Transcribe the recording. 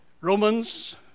Romans